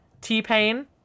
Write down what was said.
t-pain